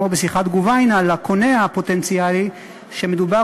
כמו בשיחת גוביינא, לקונה הפוטנציאלי שמדובר